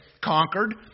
conquered